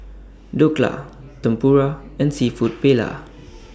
Dhokla Tempura and Seafood Paella